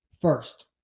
first